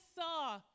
saw